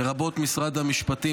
לרבות משרד המשפטים,